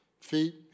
feet